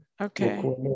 Okay